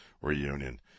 reunion